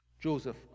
Joseph